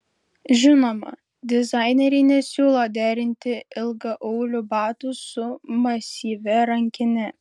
žinoma dizaineriai nesiūlo derinti ilgaaulių batų su masyvia rankine